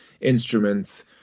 instruments